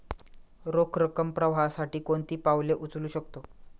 रोख रकम प्रवाहासाठी कोणती पावले उचलू शकतो?